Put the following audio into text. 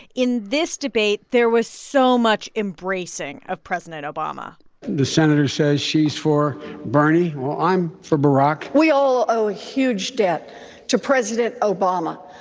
in this debate, there was so much embracing of president obama the senator says she's for bernie. well, i'm for barack we all owe a huge debt to president obama,